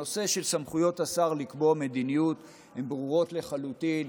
הנושא של סמכויות השר לקבוע מדיניות הן ברורות לחלוטין.